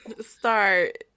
start